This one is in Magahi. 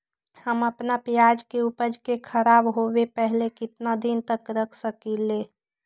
हम अपना प्याज के ऊपज के खराब होबे पहले कितना दिन तक रख सकीं ले?